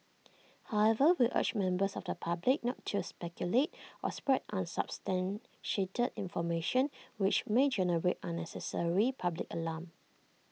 however we urge members of the public not to speculate or spread unsubstantiated information which may generate unnecessary public alarm